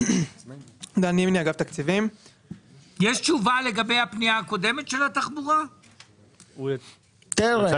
הפנייה התקציבית נועדה לתקצוב סך 35,500 אלפי ₪ בהרשאה